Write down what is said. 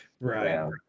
Right